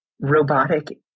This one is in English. robotic